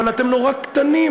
אבל אתם נורא קטנים,